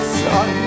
son